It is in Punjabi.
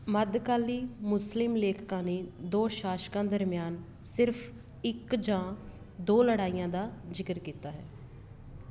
ਮੱਧਕਾਲੀ ਮੁਸਲਿਮ ਲੇਖਕਾਂ ਨੇ ਦੋ ਸ਼ਾਸਕਾਂ ਦਰਮਿਆਨ ਸਿਰਫ਼ ਇੱਕ ਜਾਂ ਦੋ ਲੜਾਈਆਂ ਦਾ ਜ਼ਿਕਰ ਕੀਤਾ ਹੈ